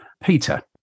Peter